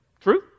True